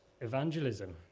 evangelism